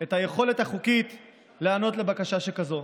יכולת חוקית להיענות לבקשה שכזאת.